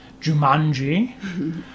Jumanji